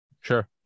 Sure